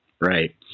Right